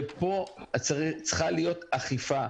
ופה צריכה להיות אכיפה.